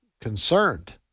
concerned